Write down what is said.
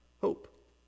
Hope